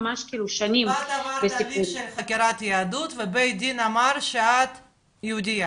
את עברת תהליך של חקירת יהדות ובית הדין אמר שאת יהודייה?